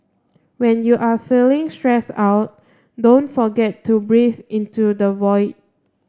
when you are feeling stressed out don't forget to breathe into the void